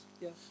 Yes